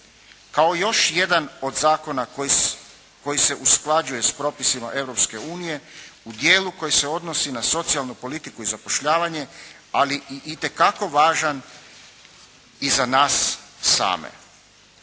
Kao još jedan od zakona koji se usklađuje s propisima Europske unije u dijelu koje se odnosi na socijalnu politiku i zapošljavanje, ali i te kako važan i za nas same.